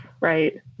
right